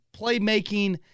playmaking